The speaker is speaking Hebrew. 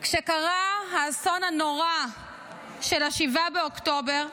כשקרה האסון הנורא של 7 באוקטובר,